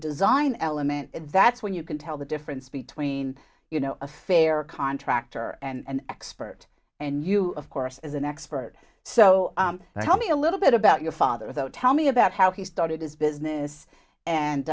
design element that's when you can tell the difference between you know a fair contractor and expert and you of course is an expert so tell me a little bit about your father though tell me about how he started his business and